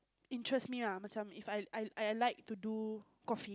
interest me lah machiam If I I I like to do coffee